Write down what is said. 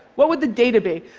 what would the data be?